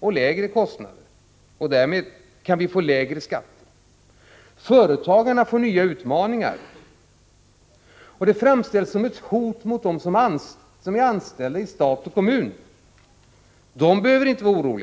och lägre kostnader, och därmed kan vi få lägre skatter. Företagarna får nya utmaningar. Reformerna framställs som ett hot mot dem som är anställda i stat och kommun. De anställda behöver inte vara oroliga.